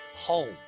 Home